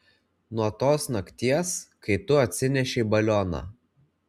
nuo tos nakties kai tu atsinešei balioną